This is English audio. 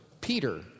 Peter